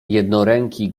jednoręki